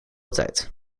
tijd